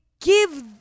give